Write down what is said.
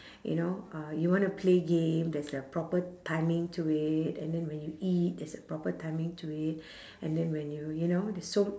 you know uh you want to play game there's a proper timing to it and then when you eat there's a proper timing to it and then when you you know so